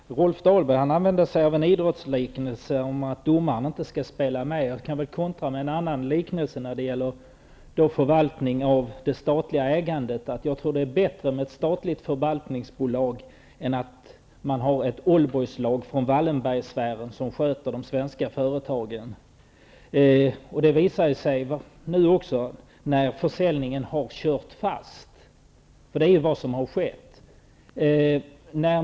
Fru talman! Rolf Dahlberg använde sig av en idrottsliknelse om att domaren inte skall spela ned. Jag kan kontra med en annan liknelse när det gäller förvaltning av det statliga ägandet. Jag tror att det är bättre att man har ett statligt förvaltningsbolag än att man har ett oldboyslag från Wallenberg som sköter de svenska företagen. Det visar sig nu också när försäljningen har kört fast. Det är vad som har skett.